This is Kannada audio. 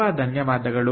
ತುಂಬ ಧನ್ಯವಾದಗಳು